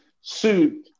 suit